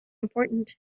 important